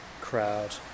crowd